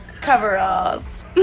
coveralls